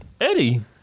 Eddie